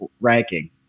ranking